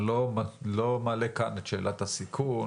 אני לא מעלה כאן את שאלת הסיכון,